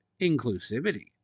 inclusivity